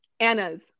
Anna's